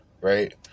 right